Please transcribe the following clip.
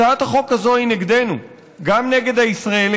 הצעת החוק הזאת היא נגדנו, היא גם נגד הישראלים.